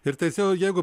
ir teisėjau jeigu